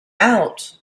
out